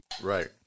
right